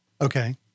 Okay